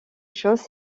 chose